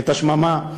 השממה.